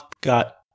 got